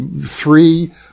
three